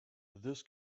this